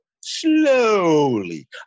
slowly